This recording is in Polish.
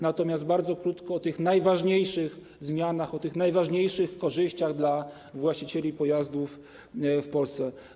Natomiast bardzo krótko o tych najważniejszych zmianach, o tych najważniejszych korzyściach dla właścicieli pojazdów w Polsce.